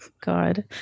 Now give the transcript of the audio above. God